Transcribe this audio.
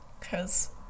cause